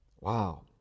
Wow